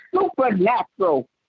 supernatural